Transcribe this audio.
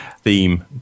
theme